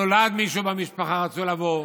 נולד מישהו במשפחה ורצו לבוא,